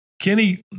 Kenny